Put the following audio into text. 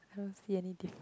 I cannot see anything